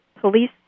Police